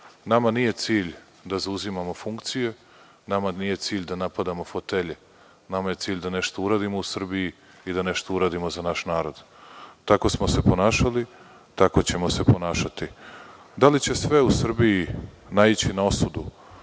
Nama nije cilj da zauzimamo funkcije, nama nije cilj da napadamo fotelje. Nama je cilj da nešto uradimo u Srbiji i da nešto uradimo za naš narod. Tako smo se ponašali, tako ćemo se ponašati. Da li će sve u Srbiji naići na osudu,